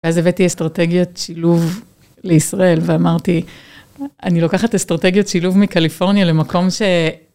ואז הבאתי אסטרטגיות שילוב לישראל, ואמרתי, אני לוקחת אסטרטגיות שילוב מקליפורניה למקום שלא שייך בכלל לקליפורניה.